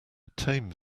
tame